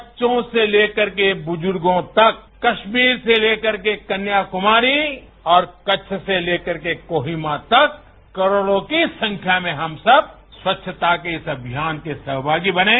बच्चों से लेकर के बूजूर्गों तक कश्मीर से लेकर के कन्याक्मारी और कच्छ से लेकर के कोहिमा तक करोड़ों की संख्या में हम सब स्वच्छता के इस अभियान के सहभागी बनें